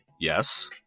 yes